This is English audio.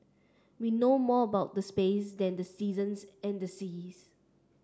we know more about the space than the seasons and the seas